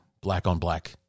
black-on-black